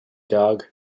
dog